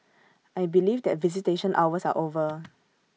I believe that visitation hours are over